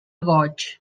goig